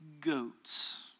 goats